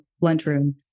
lunchroom